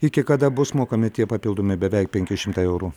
iki kada bus mokami tie papildomi beveik penki šimtai eurų